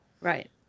Right